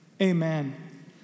Amen